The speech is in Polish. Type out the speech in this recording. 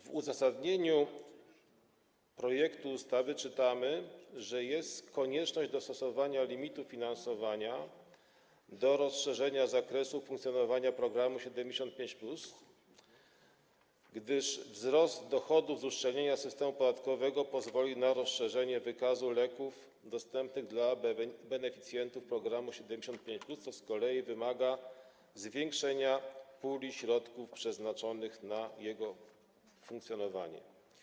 W uzasadnieniu projektu ustawy czytamy, że jest konieczność dostosowania limitu finansowania do rozszerzenia zakresu funkcjonowania programu 75+, gdyż wzrost dochodów z uszczelnienia systemu podatkowego pozwoli na rozszerzenie wykazu leków dostępnych dla beneficjentów programu 75+, co z kolei wymaga zwiększenia puli środków przeznaczonych na jego funkcjonowanie.